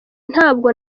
ntabwo